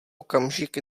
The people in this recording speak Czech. okamžik